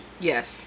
yes